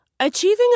Achieving